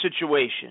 situation